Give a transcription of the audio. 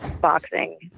boxing